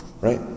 Right